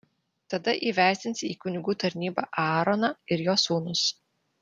tada įvesdinsi į kunigų tarnybą aaroną ir jo sūnus